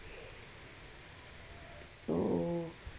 so